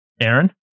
Aaron